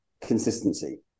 consistency